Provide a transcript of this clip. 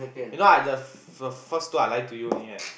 you know I just the first two I lie to you only right